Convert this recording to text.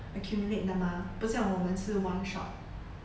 accumulate 的 mah 不像我们是 one shot